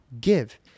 Give